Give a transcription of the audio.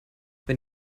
wenn